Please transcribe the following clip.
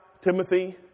Timothy